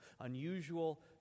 unusual